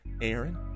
Aaron